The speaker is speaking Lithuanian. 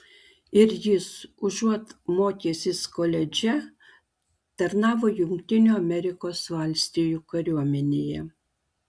ir jis užuot mokęsis koledže tarnavo jungtinių amerikos valstijų kariuomenėje